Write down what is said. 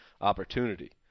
opportunity